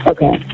Okay